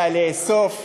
יודע לאסוף,